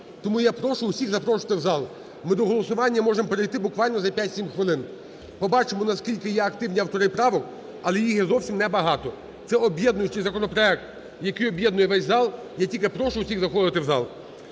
тому я прошу усіх запрошувати в зал, ми до голосування можемо перейти буквально за 5-7 хвилин. Побачимо, наскільки є активні автори правок, але їх є зовсім небагато. Це об'єднуючий законопроект, який об'єднує весь зал. Я тільки прошу усіх заходити в зал.